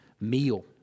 meal